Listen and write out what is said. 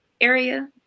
area